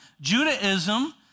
Judaism